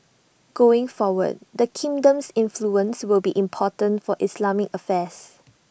going forward the kingdom's influence will be important for Islamic affairs